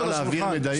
רוצה להבין,